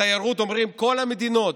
בתיירות אומרים: כל המדינות,